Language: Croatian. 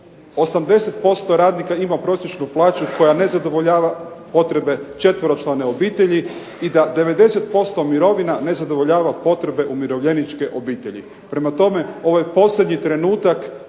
80% radnika ima prosječnu plaću koja ne zadovoljava potrebe 4-člane obitelji i da 90% mirovina ne zadovoljava potrebe umirovljeničke obitelji. Prema tome, ovo je posljednji trenutak,